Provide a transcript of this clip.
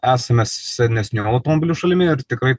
esame senesnių automobilių šalimi ir tikrai